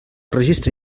registre